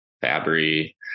Fabry